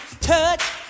touch